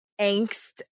angst